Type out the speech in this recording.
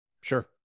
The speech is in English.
Sure